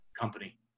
company